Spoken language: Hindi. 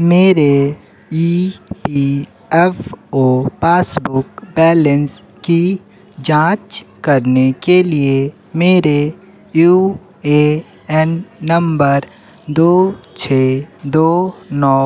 मेरे E P F O passbook balance की जाँच करने के लिए मेरे यू ए एन नंबर दो छः दो नौ